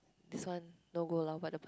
this one no goal lah but the person